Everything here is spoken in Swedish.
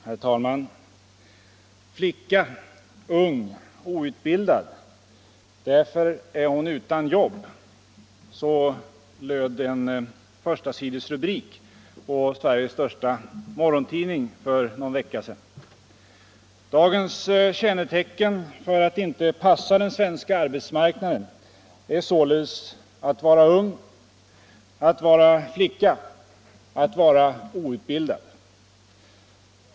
Herr talman! ”Flicka, ung, outbildad. Därför är hon utan jobb.” Så löd en förstasidesrubrik i Sveriges största morgontidning för någon vecka sedan. Dagens kännetecken för att inte passa den svenska arbetsmarknaden är således att vara ung, att vara flicka och att vara outbildad.